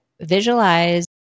Visualize